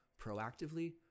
proactively